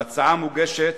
ההצעה מוגשת